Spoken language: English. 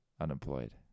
Unemployed